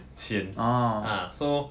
钱 ah so